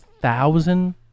thousand